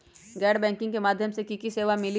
गैर बैंकिंग के माध्यम से की की सेवा मिली?